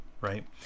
right